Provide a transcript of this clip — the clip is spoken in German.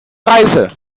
reise